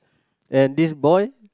and this boy